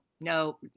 no